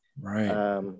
Right